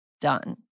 done